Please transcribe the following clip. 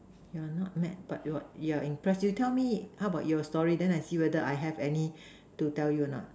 you are not mad but you're you're impressed you tell me how about your story then I see whether I have any to tell you a not